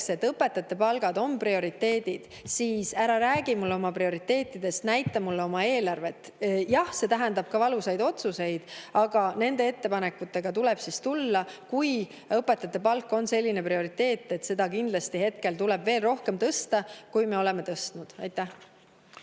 et õpetajate palk on prioriteet. Ära räägi mulle prioriteetidest, näita mulle oma eelarvet! Jah, see tähendab ka valusaid otsuseid, aga nende ettepanekutega tuleb siis tulla, kui õpetajate palk on selline prioriteet, et seda palka tuleks kindlasti veel rohkem tõsta, kui me seni oleme tõstnud. Üks